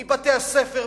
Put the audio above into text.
מבתי-הספר,